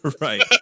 right